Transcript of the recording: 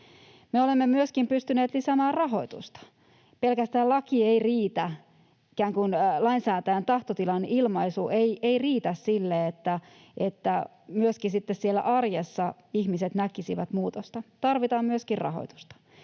olemme myöskin pystyneet lisäämään rahoitusta. Pelkästään laki — ikään kuin lainsäätäjän tahtotilan ilmaisu — ei riitä sille, että myöskin sitten siellä arjessa ihmiset näkisivät muutosta. Tarvitaan myöskin rahoitusta,